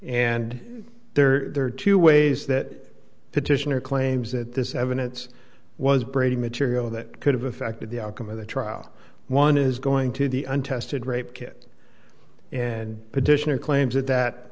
and there are two ways that petitioner claims that this evidence was brady material that could have affected the outcome of the trial one is going to the untested rape kit and petitioner claims that that